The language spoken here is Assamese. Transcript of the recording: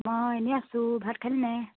মই এনেই আছোঁ ভাত খালিনে